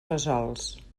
fesols